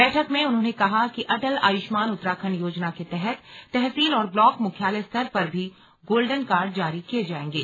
बैठक में उन्होंने कहा कि अटल आयुष्मान उत्तराखंड योजना के तहत तहसील और ब्लाक मुख्यालय स्तर पर भी गोल्डन कार्ड जारी किये जाएंगे